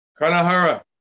Kanahara